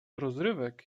rozrywek